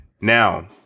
Now